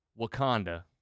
Wakanda